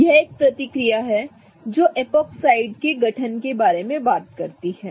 यह एक प्रतिक्रिया है जो एपॉक्साइड गठन के बारे में बात करती है